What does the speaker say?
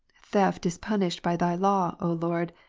theft is punished by thy law, o lord,